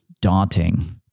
daunting